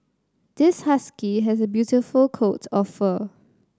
this husky has a beautiful coat of fur